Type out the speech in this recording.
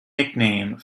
nickname